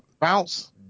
Bounce